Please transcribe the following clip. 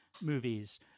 movies